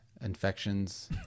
infections